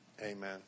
Amen